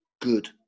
good